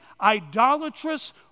idolatrous